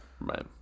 right